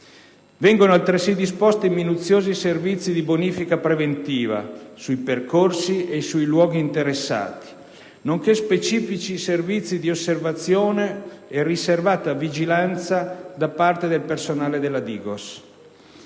Vengono altresì disposti minuziosi servizi di bonifica preventiva sui percorsi e sui luoghi interessati, nonché specifici servizi di osservazione e riservata vigilanza da parte del personale della Digos.